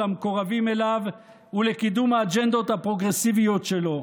למקורבים אליו ולקידום האג'נדות הפרוגרסיביות שלו,